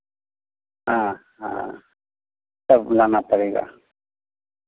हाँ हाँ सब लाना पड़ेगा